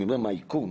אני אומר, מהאיכון,